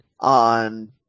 on